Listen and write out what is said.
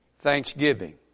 thanksgiving